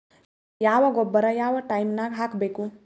ಯಾವ ಗೊಬ್ಬರ ಯಾವ ಟೈಮ್ ನಾಗ ಹಾಕಬೇಕು?